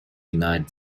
united